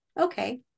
okay